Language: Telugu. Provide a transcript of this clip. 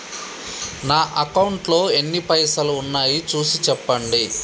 నా అకౌంట్లో ఎన్ని పైసలు ఉన్నాయి చూసి చెప్పండి?